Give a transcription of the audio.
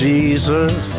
Jesus